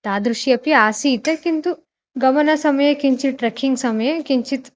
तादृशम् अपि आसीत् किन्तु गमनसमये किञ्चित् ट्रकिङ्ग् समये किञ्चित्